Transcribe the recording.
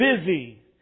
busy